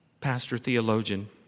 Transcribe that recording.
pastor-theologian